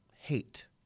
hate